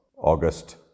August